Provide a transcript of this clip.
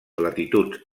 latituds